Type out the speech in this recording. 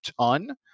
ton